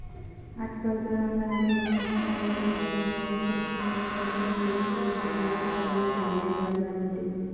आज कल तो रंग रंग के बन होय बर धर ले हवय खेत खार म कतको नींदे कोड़े के बाद घलोक जामे बर धर लेथे